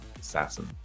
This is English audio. assassin